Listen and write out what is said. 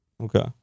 Okay